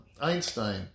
Einstein